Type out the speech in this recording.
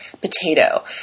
potato